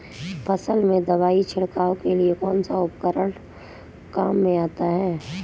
फसल में दवाई छिड़काव के लिए कौनसा उपकरण काम में आता है?